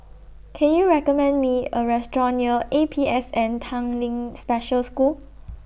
Can YOU recommend Me A Restaurant near A P S N Tanglin Special School